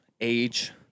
age